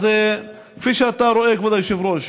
אז כפי שאתה רואה, כבוד היושב-ראש,